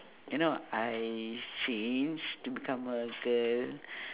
you know I change to become a girl